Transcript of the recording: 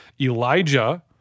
Elijah